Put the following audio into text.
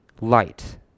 light